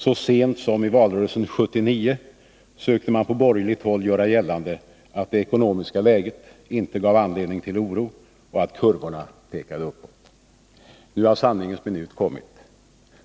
Så sent som i valrörelsen 1979 sökte man på borgerligt håll göra gällande att det ekonomiska läget inte gav anledning till oro och att kurvorna pekade uppåt. Nu har sanningens minut kommit.